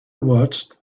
watched